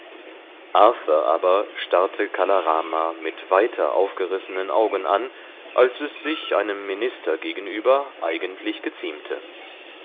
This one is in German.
aber starrte kala rama mit weiter aufgerissenen augen an als es sich einem minister gegenüber eigentlich geziemte